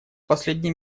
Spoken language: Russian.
последний